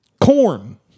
corn